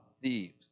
thieves